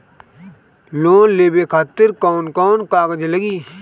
Loan लेवे खातिर कौन कौन कागज लागी?